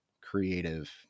creative